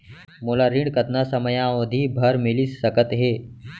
मोला ऋण कतना समयावधि भर मिलिस सकत हे?